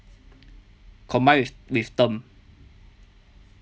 combined with with term